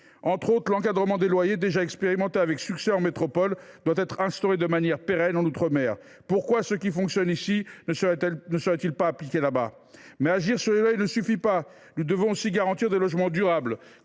des solutions. L’encadrement des loyers, déjà expérimenté avec succès en métropole, doit être institué de manière pérenne en outre mer. Pourquoi ce qui fonctionne ici ne serait il pas appliqué là bas ? Mais agir sur les loyers ne suffit pas. Nous devons aussi garantir des logements durables,